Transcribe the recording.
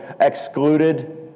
excluded